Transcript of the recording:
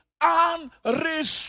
unrestricted